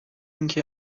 اینکه